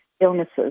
illnesses